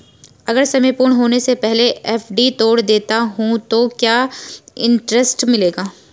अगर समय पूर्ण होने से पहले एफ.डी तोड़ देता हूँ तो क्या इंट्रेस्ट मिलेगा?